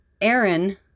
Aaron